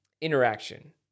interaction